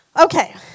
Okay